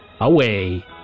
away